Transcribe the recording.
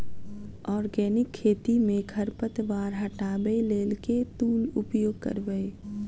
Organic खेती मे खरपतवार हटाबै लेल केँ टूल उपयोग करबै?